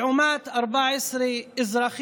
לעומת 14 אזרחים